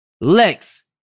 Lex